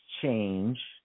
change